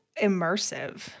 immersive